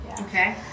okay